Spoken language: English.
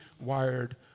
wired